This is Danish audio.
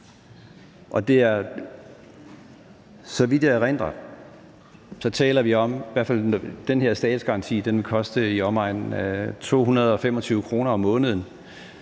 Så vidt jeg erindrer, taler vi om, at den her statsgaranti vil koste i omegnen af 225 kr. om måneden,